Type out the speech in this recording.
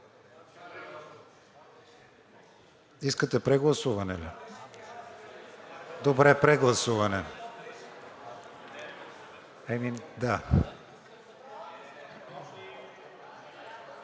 Искате прегласуване ли? Добре, прегласуване.